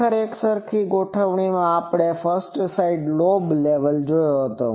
ખરેખર એકસરખી ગોઠવણીમાં આપણે ફસ્ટ સાઈડ લોબ લેવલ જોયો છે